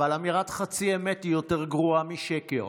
אבל אמירת חצי אמת היא יותר גרועה משקר.